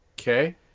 Okay